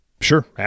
Sure